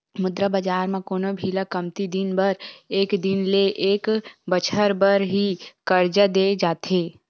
मुद्रा बजार म कोनो भी ल कमती दिन बर एक दिन ले एक बछर बर ही करजा देय जाथे